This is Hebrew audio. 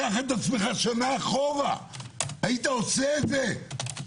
קח את עצמך שנה אחורה היית עושה את זה?